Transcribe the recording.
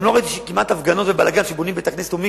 גם לא ראיתי כמעט הפגנות ובלגן כשבונים בית-כנסת או מקווה.